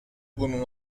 bunun